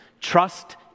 trust